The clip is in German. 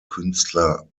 künstler